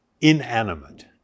inanimate